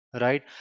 right